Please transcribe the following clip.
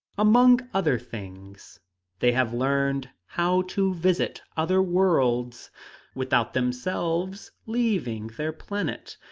among other things they have learned how to visit other worlds without themselves leaving their planet.